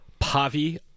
Pavi